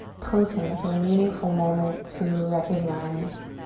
potent or meaningful moment to recognize